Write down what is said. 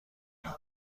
ایم